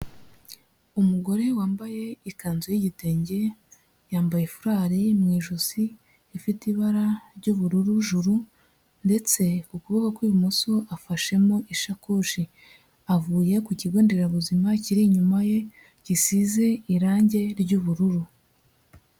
Umugore wambaye ikanzu y'igitenge yambaye fulari mu ijosi ifite ibara ry'ubururu juru ndetse ukuboko kw'ibumoso afashemo ishakoshi avuye ku kigo nderabuzima kiri inyuma ye gisize irangi ry'ubururu.